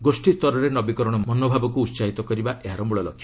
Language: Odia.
ଗୋଷୀ ସ୍ତରରେ ନବୀକରଣ ମନୋଭାବକ୍ର ଉତ୍ସାହିତ କରିବା ଏହାର ମ୍ମଳଲକ୍ଷ୍ୟ